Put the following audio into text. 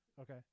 Okay